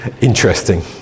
interesting